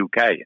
UK